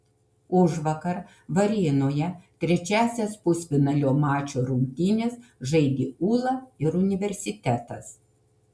užvakar varėnoje trečiąsias pusfinalinio mačo rungtynes žaidė ūla ir universitetas